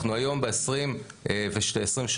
אנחנו היום ב-23 בחודש.